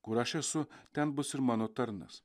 kur aš esu ten bus ir mano tarnas